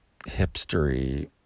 hipstery